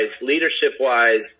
leadership-wise